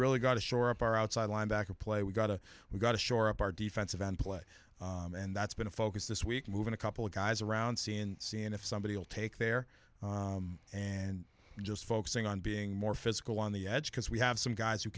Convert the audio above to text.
really got to shore up our outside linebacker play we got to we got to shore up our defensive end play and that's been a focus this week moving a couple of guys around see and seeing if somebody will take there and just focusing on being more physical on the edge because we have some guys who